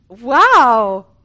wow